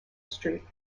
street